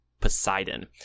Poseidon